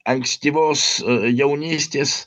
ankstyvos jaunystės